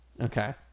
Okay